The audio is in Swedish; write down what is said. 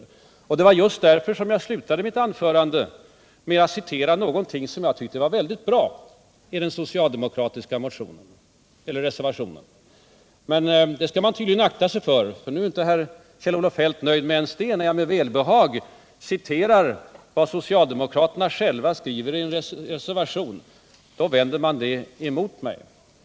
Det är just mot bakgrund av min syn på näringslivet som jag slutade mitt anförande med att citera något som jag tyckte var väldigt bra i den socialdemokratiska reservationen. Men det skall man tydligen akta sig för att göra, för nu är inte Kjell-Olof Feldt nöjd ens när jag med välbehag citerar vad socialdemokraterna själva skrivit i en reservation. Då vänds det emot mig.